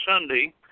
Sunday –